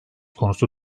konusu